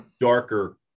darker